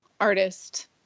artist